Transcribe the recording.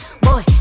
Boy